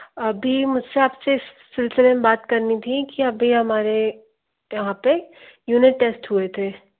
अभी मुझसे आपसे इस सिलसिले में बात करनी थी कि अभी हमारे यहाँ पर यूनिट टेस्ट हुए थे